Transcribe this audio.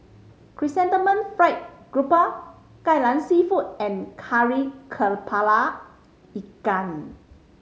Chrysanthemum Fried Garoupa Kai Lan Seafood and Kari Kepala Ikan